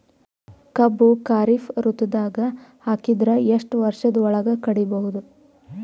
ಕಬ್ಬು ಖರೀಫ್ ಋತುದಾಗ ಹಾಕಿದರ ಎಷ್ಟ ವರ್ಷದ ಒಳಗ ಕಡಿಬಹುದು?